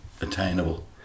attainable